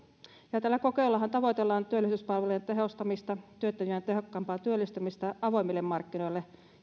tällä kokeilullahan tavoitellaan työllisyyspalvelujen tehostamista työttömien tehokkaampaa työllistymistä avoimille markkinoille